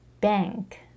Bank